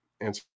answer